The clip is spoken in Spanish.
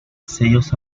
sellos